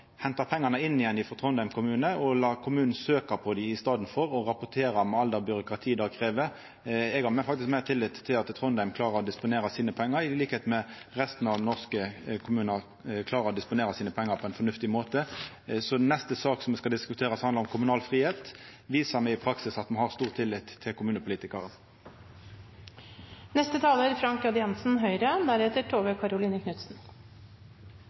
henta pengane inn igjen frå Trondheim kommune og i staden la kommunen søkja på dei og rapportera, med alt det byråkratiet det krev. Eg har faktisk meir tillit til at Trondheim klarer å disponera pengane sine, til liks med at resten av norske kommunar klarer å disponera pengane sine på ein fornuftig måte. Så i neste sak me skal diskutera, saka om kommunal fridom, viser me at me i praksis har stor tillit til